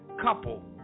couple